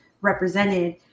represented